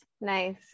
Nice